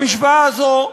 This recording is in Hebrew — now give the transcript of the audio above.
למשוואה הזאת,